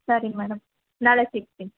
ಸರಿ ಮೇಡಂ ನಾಳೆ ಸಿಗ್ತೀನಿ